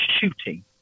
shooting